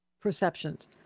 perceptions